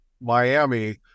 Miami